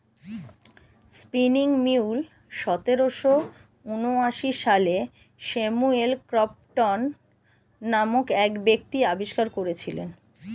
spinning mule সতেরোশো ঊনআশি সালে স্যামুয়েল ক্রম্পটন নামক এক ব্যক্তি আবিষ্কার করেছিলেন